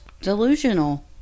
delusional